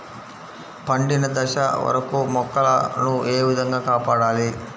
పండిన దశ వరకు మొక్కల ను ఏ విధంగా కాపాడాలి?